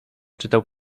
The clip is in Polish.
czytał